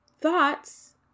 thoughts